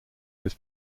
his